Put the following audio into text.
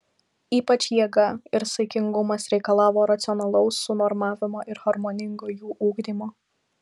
ypač jėga ir saikingumas reikalavo racionalaus sunormavimo ir harmoningo jų ugdymo